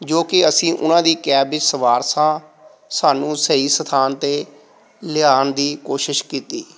ਜੋ ਕਿ ਅਸੀਂ ਉਹਨਾਂ ਦੀ ਕੈਬ ਵਿਚ ਸਵਾਰ ਸਾਂ ਸਾਨੂੰ ਸਹੀ ਸਥਾਨ 'ਤੇ ਲਿਆਉਣ ਦੀ ਕੋਸ਼ਿਸ਼ ਕੀਤੀ